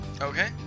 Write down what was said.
Okay